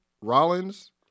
Rollins